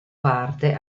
parte